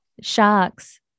sharks